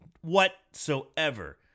whatsoever